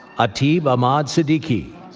atib ahmad siddiqui,